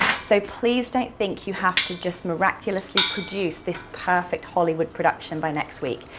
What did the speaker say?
so please don't think you have to just miraculously produce this perfect hollywood production by next week.